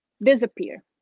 disappear